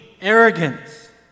Arrogance